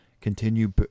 continue